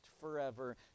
forever